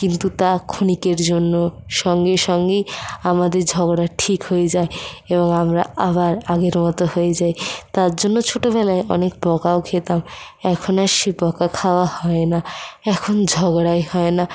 কিন্তু তা ক্ষণিকের জন্য সঙ্গে সঙ্গেই আমাদের ঝগড়া ঠিক হয়ে যায় এবং আমরা আবার আগের মতো হয়ে যাই তার জন্য ছোটোবেলায় অনেক বকাও খেতাম এখন আর সেই বকা খাওয়া হয় না এখন ঝগড়াই হয় না